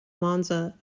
monza